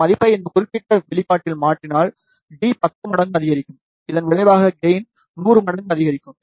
இந்த மதிப்பை இந்த குறிப்பிட்ட வெளிப்பாட்டில் மாற்றினால் d 10 மடங்கு அதிகரிக்கும் இதன் விளைவாக கெயின் 100 மடங்கு அதிகரிக்கும்